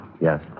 Yes